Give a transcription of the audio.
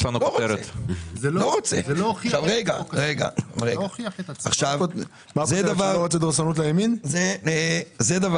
מהקוטב